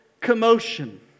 commotion